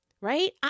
right